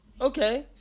Okay